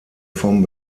vom